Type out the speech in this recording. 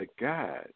God